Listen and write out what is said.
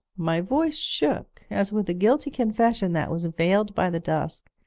my voice shook as, with a guilty confusion that was veiled by the dusk,